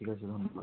ঠিক আছে ধন্যবাদ